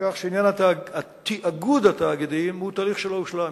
עניין תאגוד התאגידים, זה תהליך שלא הושלם.